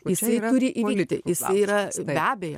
jisai turi įvykti jisai yra be abejo